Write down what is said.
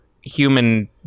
human